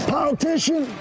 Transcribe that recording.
Politician